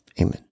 amen